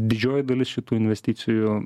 didžioji dalis šitų investicijų